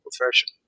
profession